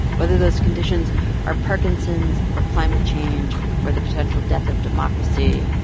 whether those conditions are parkinson's or climate change or the potential death of democracy,